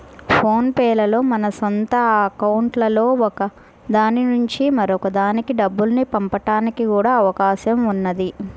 phone pay లో మన సొంత అకౌంట్లలో ఒక దాని నుంచి మరొక దానికి డబ్బుల్ని పంపడానికి కూడా అవకాశం ఉన్నది